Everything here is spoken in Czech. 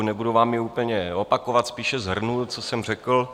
Nebudu vám ji úplně opakovat, spíše shrnu, co jsem řekl.